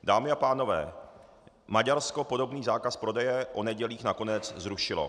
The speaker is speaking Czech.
Dámy a pánové, Maďarsko podobný zákaz prodeje o nedělích nakonec zrušilo.